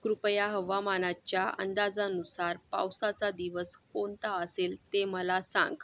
कृपया हवामानाच्या अंदाजानुसार पावसाचा दिवस कोणता असेल ते मला सांग